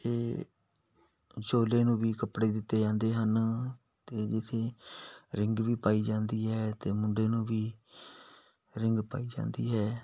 ਅਤੇ ਵਿਚੋਲੇ ਨੂੰ ਵੀ ਕੱਪੜੇ ਦਿੱਤੇ ਜਾਂਦੇ ਹਨ ਅਤੇ ਜਿੱਥੇ ਰਿੰਗ ਵੀ ਪਾਈ ਜਾਂਦੀ ਹੈ ਅਤੇ ਮੁੰਡੇ ਨੂੰ ਵੀ ਰਿੰਗ ਪਾਈ ਜਾਂਦੀ ਹੈ